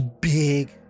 big